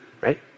right